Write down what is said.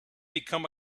become